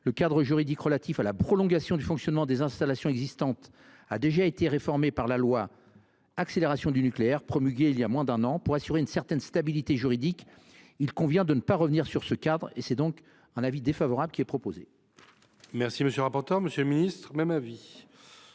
le cadre juridique relatif à la prolongation du fonctionnement des installations existantes a déjà été réformé par la loi d’accélération du nucléaire, promulguée il y a moins d’un an. Pour assurer une certaine stabilité juridique, il convient de ne pas revenir sur ce cadre. Avis défavorable. Quel est l’avis du Gouvernement ? Même avis.